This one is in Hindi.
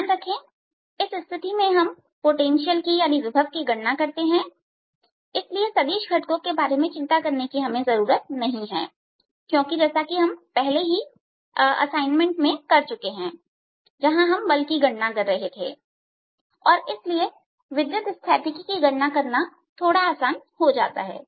ध्यान रखें इस स्थिति में हम विभव की गणना करते हैं इसलिए हमें सदिश घटकों के बारे में चिंता करने की जरूरत नहीं है जैसा कि हमने पहले असाइनमेंट में की थी जहां हम बल की गणना कर रहे थे और इसलिए विद्युत स्थैतिकी की गणना करना थोड़ा आसान हो जाता है